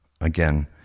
again